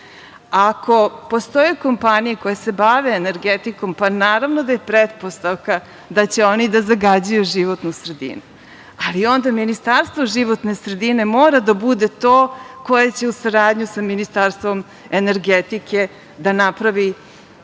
postoje kompanije koje se bave energetikom, pa naravno da je pretpostavka da će one da zagađuju životnu sredinu. Ali onda Ministarstvo životne sredine mora da bude to koje će u saradnji sa Ministarstvom energetike da napravi